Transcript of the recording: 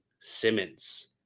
Simmons